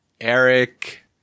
Eric